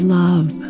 love